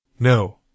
No